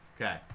Okay